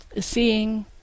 seeing